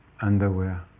underwear